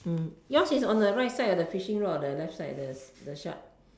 yours is on the right side of the fishing rod or the left side the the shark